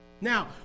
Now